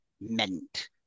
meant